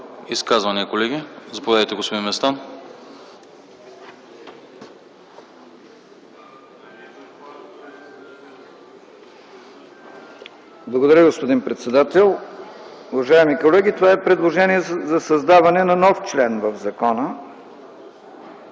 Изказвания, колеги? Заповядайте, господин Местан. ЛЮТВИ МЕСТАН (ДПС): Благодаря, господин председател. Уважаеми колеги, това е предложение за създаване на нов член в закона